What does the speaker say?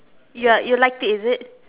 ya you liked it is it